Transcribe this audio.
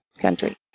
country